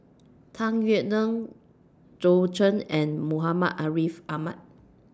Tung Yue Nang Zhou Can and Muhammad Ariff Ahmad